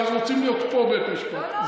ואז רוצים להיות פה בית משפט.